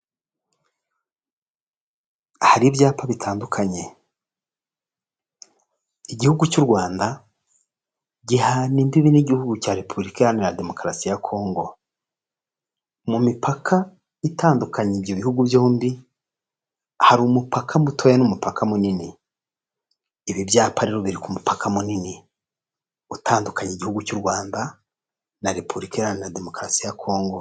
Hari ibyapa bitandukanye igihugu cy'u Rwanda gihana imbibi n'igihugu cya repubulika iharanira demokarasi ya Congo, mu mipaka itandukanye ibyo bihugu byombi hari umupaka mutoya n'umupaka munini. Ibi byapa rero biri ku mupaka munini utandukanya igihugu cy'u Rwanda na repubulika iharanira demokarasi ya Congo.